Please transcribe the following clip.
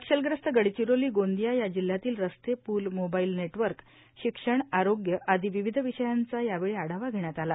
नक्षलग्रस्त गडचिरोलीए गोंदिया या जिल्ह्यातील रस्तेए पूलए मोबाईल नेटवर्कर शिक्षणर आरोग्य आदी विविध विषयांचा यावेळी आढावा घेण्यात आला